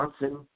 Johnson